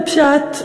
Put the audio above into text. בפשט,